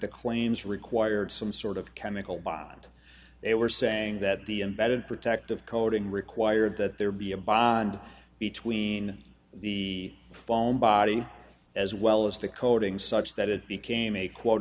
the claims required some sort of chemical bond they were saying that the embedded protective coating required that there be a bond between the foam body as well as the coating such that it became a quote